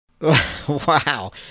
Wow